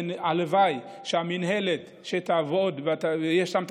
והלוואי שהמינהלת תעבוד ויהיו שם תקציבים,